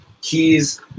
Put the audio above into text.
keys